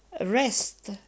rest